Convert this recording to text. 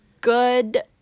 good